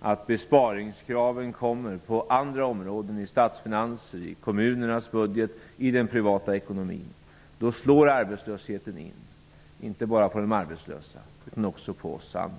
att besparingskraven kommer på andra områden -- i statsfinanserna, i kommunernas budget och i den privata ekonomin -- slår arbetslösheten inte bara mot de arbetslösa utan också mot oss andra.